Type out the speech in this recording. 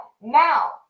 Now